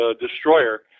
Destroyer